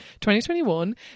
2021